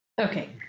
Okay